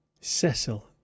cecil